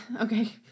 okay